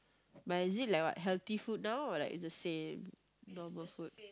but is it like what healthy food now or like it's the same normal food